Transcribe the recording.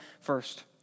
first